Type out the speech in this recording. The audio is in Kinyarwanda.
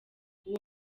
uwo